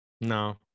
no